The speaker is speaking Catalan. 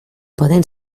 poden